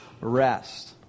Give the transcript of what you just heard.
rest